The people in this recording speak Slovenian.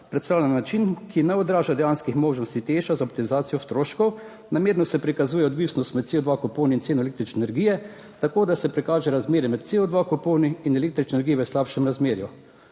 predstavljene. Način, ki ne odraža dejanskih možnosti Teša za optimizacijo stroškov. Namerno se prikazuje odvisnost med CO2 kuponi in cen električne energije tako, da se prikaže razmerje med CO2 kuponi in električne energije v slabšem razmerju.